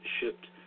shipped